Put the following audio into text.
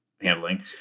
handling